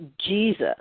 Jesus